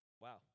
Wow